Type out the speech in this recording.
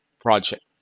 project